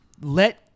let